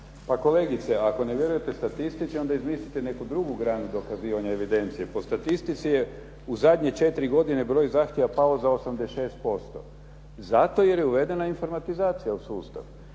Pa kolegice ako ne vjerujete statistici onda izmislite neku drugu granu dokazivanja evidencije. Po statistici je u zadnje četiri godine broj zahtjeva pao za 86% zato jer je uvedena informatizacija u sustav.